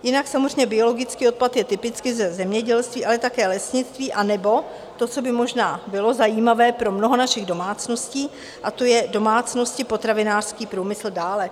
Jinak samozřejmě biologický odpad je typicky ze zemědělství, ale také lesnictví, anebo to, co by možná bylo zajímavé pro mnoho našich domácností, a to je domácnosti, potravinářský průmysl dále.